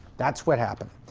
that's what happened.